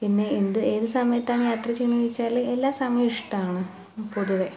പിന്നെ എന്ത് ഏത് സമയത്താണ് യാത്ര ചെയ്യുന്നത് ചോദിച്ചാൽ എല്ലാ സമയോം ഇഷ്ട്ടമാണ് പൊതുവെ